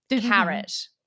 Carrot